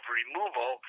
removal